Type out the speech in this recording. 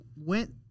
went